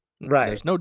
Right